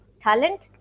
talent